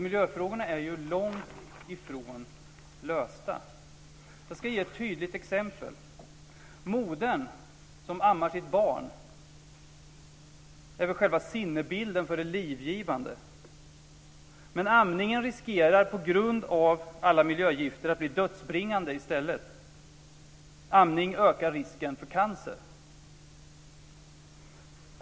Miljöfrågorna är långt ifrån lösta. Jag ska ge ett tydligt exempel. Modern som ammar sitt barn är väl själva sinnebilden för det livgivande. Men amningen riskerar på grund av alla miljögifter att bli dödsbringande i stället. Amning ökar risken för cancer.